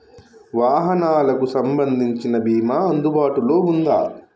వాహనాలకు సంబంధించిన బీమా అందుబాటులో ఉందా?